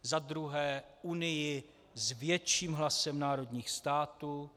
Za druhé k Unii s větším hlasem národních států.